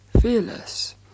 fearless